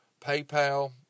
PayPal